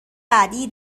بعدیای